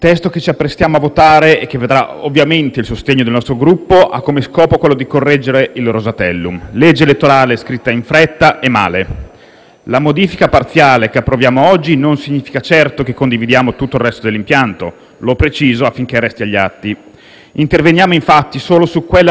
La modifica parziale che approviamo oggi non significa certo che condividiamo tutto il resto dell'impianto: lo preciso affinché resti agli atti. Interveniamo infatti solo su quell'anomalia dell'attuale legge che vede indicati con numeri interi le quantità di seggi che debbono essere assegnati con il metodo dei collegi uninominali e plurinominali.